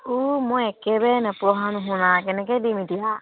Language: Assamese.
অঁ মই একেবাৰে নপঢ়া নুশুনা কেনেকে দিম এতিয়া